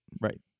Right